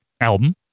album